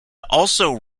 also